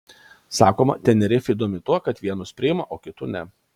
sakoma tenerifė įdomi tuo kad vienus priima o kitų ne